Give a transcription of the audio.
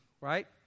right